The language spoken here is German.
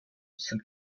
sind